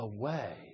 away